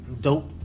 Dope